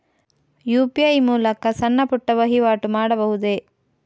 UPI ಮೂಲಕ ಸಣ್ಣ ಪುಟ್ಟ ವಹಿವಾಟು ಮಾಡಬಹುದೇ?